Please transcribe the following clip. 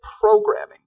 programming